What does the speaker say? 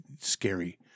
scary